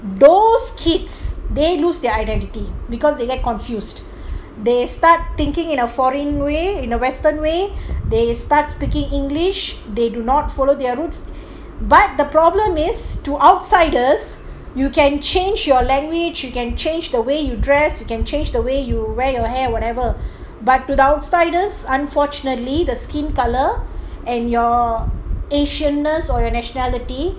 those kids they lose their identity because they get confused they start thinking in a foreign way in the western way they start speaking english they do not follow their roots but the problem is to outsiders you can change your language you can change the way you dress you can change the way you wear your hair or whatever but to the outsiders unfortunately the skin colour and your asianness or your nationality